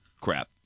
Crap